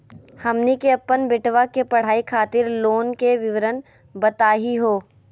हमनी के अपन बेटवा के पढाई खातीर लोन के विवरण बताही हो?